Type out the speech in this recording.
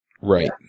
Right